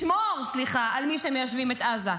סליחה, לשמור על מי שמיישבים את עזה.